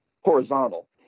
horizontal